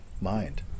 mind